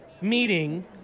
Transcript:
meeting